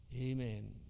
Amen